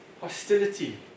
hostility